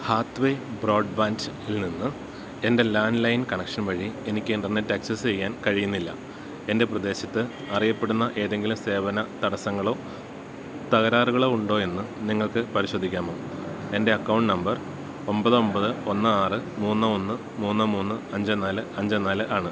ഹാത്വേ ബ്രോഡ്ബാൻ്റിൽ നിന്ന് എൻ്റെ ലാൻഡ്ലൈൻ കണക്ഷൻ വഴി എനിക്ക് ഇൻ്റർനെറ്റ് ആക്സസ് ചെയ്യാൻ കഴിയുന്നില്ല എൻ്റെ പ്രദേശത്ത് അറിയപ്പെടുന്ന ഏതെങ്കിലും സേവന തടസ്സങ്ങളോ തകരാറുകളോ ഉണ്ടോ എന്ന് നിങ്ങൾക്ക് പരിശോധിക്കാമോ എൻ്റെ അക്കൗണ്ട് നമ്പർ ഒമ്പത് ഒമ്പത് ഒന്ന് ആറ് മൂന്ന് ഒന്ന് മൂന്ന് മൂന്ന് അഞ്ച് നാല് അഞ്ച് നാല് ആണ്